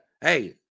Hey